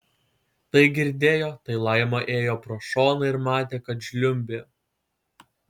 tai girdėjo tai laima ėjo pro šoną ir matė kad žliumbė